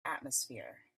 atmosphere